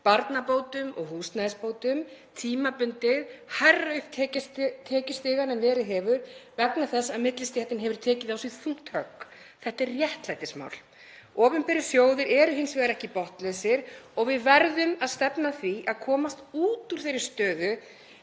barnabótum og húsnæðisbótum tímabundið hærra upp tekjustigann en verið hefur vegna þess að millistéttin hefur tekið á sig þungt högg. Þetta er réttlætismál. Opinberir sjóðir eru hins vegar ekki botnlausir og við verðum að stefna að því að komast út úr þeirri stöðu